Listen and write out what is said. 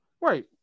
Right